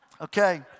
Okay